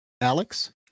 Alex